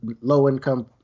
low-income